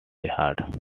heart